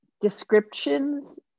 descriptions